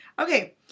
Okay